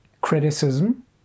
criticism